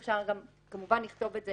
ואפשר כמובן לכתוב את זה